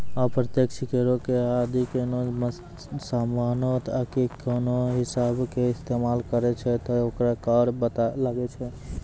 अप्रत्यक्ष करो मे जदि कोनो समानो आकि कोनो सेबा के इस्तेमाल करै छै त ओकरो कर लागै छै